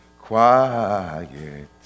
Quiet